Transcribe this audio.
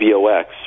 VOX